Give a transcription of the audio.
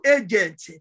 agent